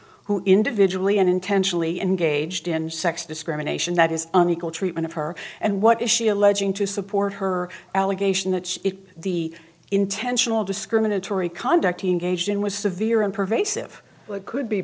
who individually and intentionally engaged in sex discrimination that is unequal treatment of her and what is she alleging to support her allegation that she is the intentional discriminatory conduct hundred gaijin was severe and pervasive could be